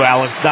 Alex